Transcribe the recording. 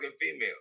female